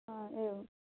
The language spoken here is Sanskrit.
हा एवम्